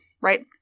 right